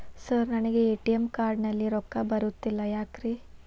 Sir ನನಗೆ ATM card ನಲ್ಲಿ ರೊಕ್ಕ ಬರತಿಲ್ಲ ಯಾಕ್ರೇ?